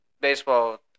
baseball